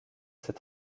ses